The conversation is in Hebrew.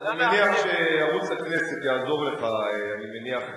אני מניח שערוץ הכנסת יעזור לך להיזכר,